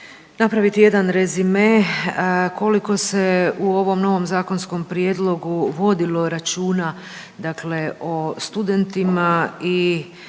napraviti jedan rezime koliko se u ovom novom zakonskom prijedlogu vodilo računa dakle o studentima i